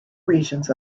regions